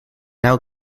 now